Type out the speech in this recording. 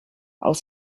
aus